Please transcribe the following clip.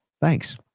Thanks